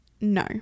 no